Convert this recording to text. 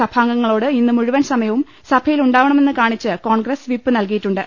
സഭാം ഗങ്ങളോട് ഇന്നു മുഴുവൻ സമയവും സഭയിലുണ്ടാവ ണമെന്ന് കാണിച്ച് കോൺഗ്രസ് വിപ്പ് നൽകിയിട്ടുണ്ട്